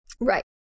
Right